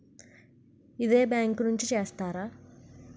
ఇదే బ్యాంక్ నుంచి చేస్తారా?